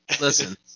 Listen